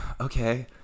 Okay